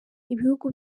ibihugu